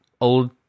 old